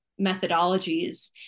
methodologies